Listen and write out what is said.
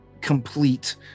complete